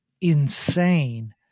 insane